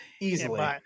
easily